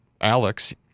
Alex